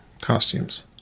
costumes